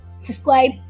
subscribe